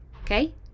okay